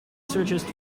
search